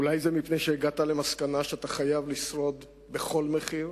אולי זה מפני שהגעת למסקנה שאתה חייב לשרוד בכל מחיר.